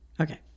Okay